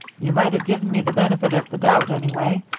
you might have given me the benefit of the doubt, anyway.